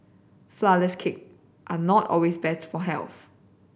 flourless cake are not always better for health